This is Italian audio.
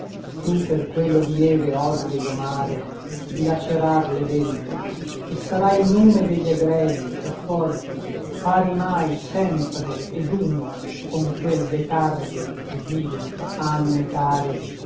per quello di neve orrido mare dilaceràr le belve e sarà il nome degli egregi e forti pari mai sempre ed uno con quel de tardi e vili anime care